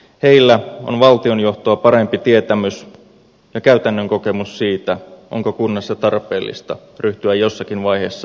heillä on valtionjohtoa parempi tietämys ja käytännön kokemus siitä onko kunnassa tarpeellista ryhtyä jossakin vaiheessa uudistamistoimenpiteisiin